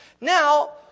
Now